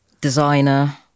designer